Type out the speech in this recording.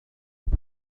with